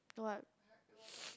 what